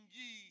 ye